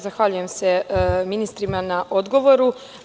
Zahvaljujem se ministrima na odgovoru.